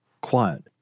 quiet